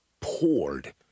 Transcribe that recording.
poured